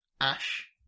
Ash